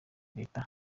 leta